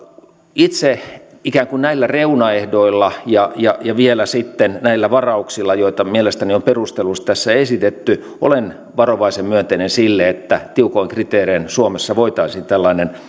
itse ikään kuin näillä reunaehdoilla ja ja vielä näillä varauksilla joita mielestäni on perustellusti tässä esitetty olen varovaisen myönteinen sille että tiukoin kriteerein suomessa voitaisiin tällainen